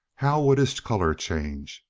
how would his color change?